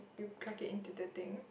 to crack it into the thing